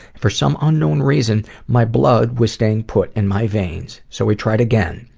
for some unknown reason my blood was staying put in my veins. so we tried again.